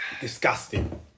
Disgusting